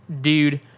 dude